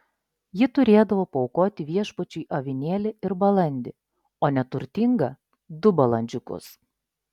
ji turėdavo paaukoti viešpačiui avinėlį ir balandį o neturtinga du balandžiukus